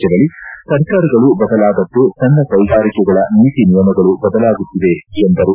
ಜವಳಿ ಸರ್ಕಾರಗಳು ಬದಲಾದಂತೆ ಸಣ್ಣ ಕೈಗಾರಿಕೆಗಳ ನೀತಿ ನಿಯಮಗಳು ಬದಲಾಗುತ್ತಿದೆಎಂದರು